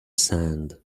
sand